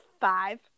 five